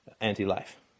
anti-life